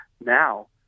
Now